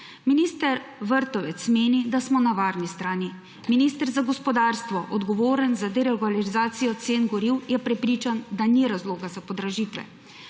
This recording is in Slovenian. Minister Vrtovec meni, da smo na varni strani, minister za gospodarstvo, odgovoren za deregulacijo cen goriv, je prepričan, da ni razloga za podražitve.